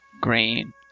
green